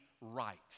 right